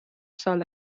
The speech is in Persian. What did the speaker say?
سال